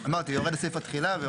אמרתי יורד סעיף התחילה.